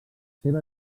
seva